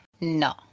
no